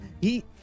He-